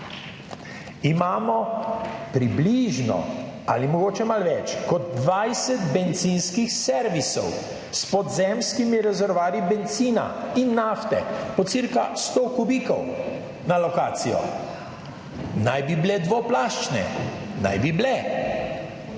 Imamo približno ali mogoče malo več kot 20 bencinskih servisov s podzemskimi rezervoarji bencina in nafte po cirka 100 kubikov na lokacijo. Naj bi bile dvoplaščne. Naj bi bile.